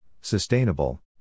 sustainable